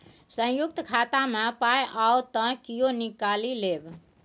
संयुक्त खाता मे पाय आओत त कियो निकालि लेब